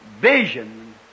vision